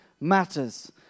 Matters